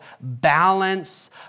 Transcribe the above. balance